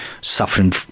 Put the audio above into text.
suffering